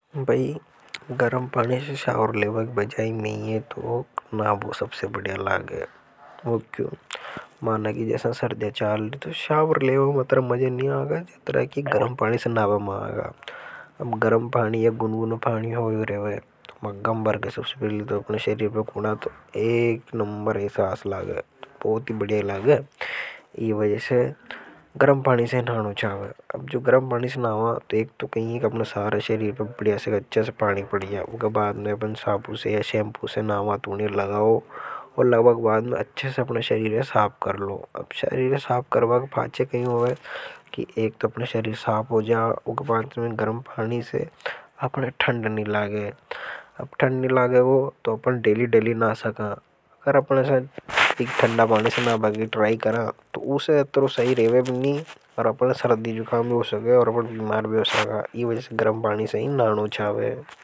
तो शावर लेना में अतर मजा नी आवे भई गर्म पानी से शावर लेवा की बजाई नहीं है तोमें नाबो बढ़िया लागे वो क्यों माना की जसा सर्दियां चाल रि जतरा की गर्म पानी से नबा में आगा। अब गर्म पानी गुनगुन पानी होयो रेवे मंगा में बरकर तो अपने शरीर पर कुंडा। एक नंबर एहसास लागे। अब जो गर्म पानी से नबा एक तो कई है कि अपने शरीर पे अच्छा से पानी पड़ जा ऊके बाद में अपन साबू से या शैंपू से नबा तो। अब ठंड नी लगेगे। और अपने साथ एक ठंडा बानी से ना बगी ट्राइ करा। तो उसे तरह सही रहे भी नहीं। और अपने सरदी जुखां भी हो सके। और अपने बिमार भी उसागा। इस वज़ से गरम बानी से नानो चावे।